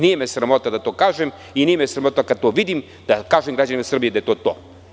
Nije me sramota da to kažem i nije me sramota kada to vidim da kažem građanima Srbije da je to to.